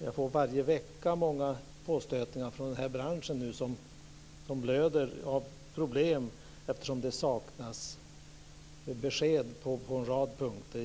Jag får varje vecka påstötningar från den här branschen som blöder av problem eftersom det saknas besked på en rad punkter.